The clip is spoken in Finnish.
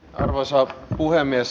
arvoisa puhemies